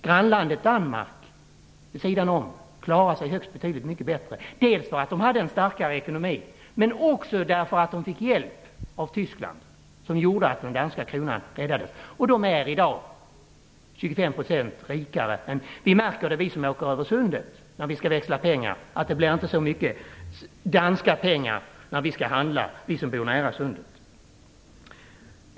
Grannlandet Danmark klarade sig betydligt bättre, dels därför att det hade en starkare ekonomi, dels därför att det fick hjälp från Tyskland, vilket gjorde att den danska kronan räddades. Danskarna är i dag 25 % rikare än vi. Vi som bor nära Sundet märker när vi skall växla pengar för att resa över och handla att vi inte får så många danska kronor för de svenska.